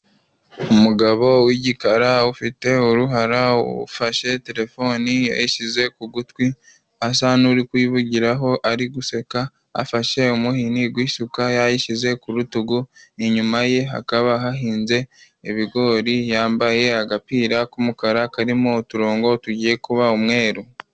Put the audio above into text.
Umugabo w'igikara ufite uruhara ufashe telefoni yayishyize ku gutwi asa n'uri kuyivugiraho ari guseka ,afashe umuhini w'isuka yayishyize ku rutugu, inyuma ye hakaba hahinze ibigori ,yambaye agapira k'umukara karimo uturongo tugiye kuba umweru.